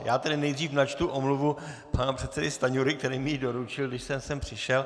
Já tedy nejdřív načtu omluvu pana předsedy Stanjury, který mi ji doručil, když jsem sem přišel.